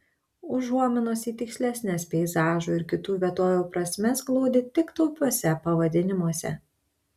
užuominos į tikslesnes peizažų ir kitų vietovių prasmes glūdi tik taupiuose pavadinimuose